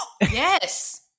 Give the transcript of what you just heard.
Yes